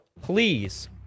Please